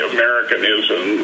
Americanism